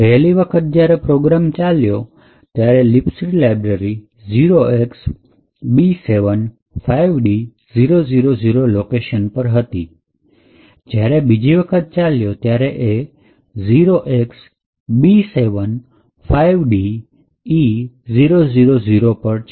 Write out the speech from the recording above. પહેલી વખત પ્રોગ્રામ ચાલ્યો ત્યારે libc લાઇબ્રેરી 0xb75d000 લોકેશન પર હતી જ્યારે બીજી વખત ચાલ્યો ત્યારે એ 0xb75de000 પર છે